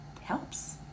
helps